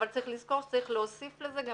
אבל צריך לזכור שצריך להוסיף לזה גם